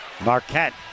Marquette